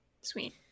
Sweet